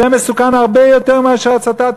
זה מסוכן הרבה יותר מאשר הצתה.